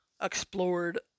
explored